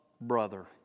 brother